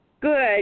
good